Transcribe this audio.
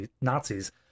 Nazis